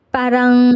parang